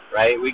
right